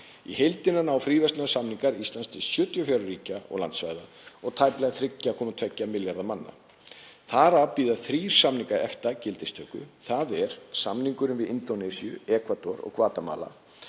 Í heildina ná fríverslunarsamningar Íslands til 74 ríkja og landsvæða og tæplega 3,2 milljarða manna. Þar af bíða þrír samningar EFTA gildistöku. Það er samningurinn við Indónesíu, Ekvador og Gvatemala.